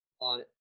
on